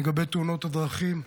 לגבי תאונות הדרכים: